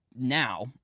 now